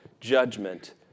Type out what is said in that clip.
judgment